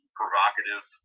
provocative